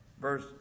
verse